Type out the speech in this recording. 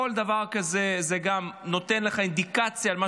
כל דבר כזה גם נותן לך אינדיקציה על מה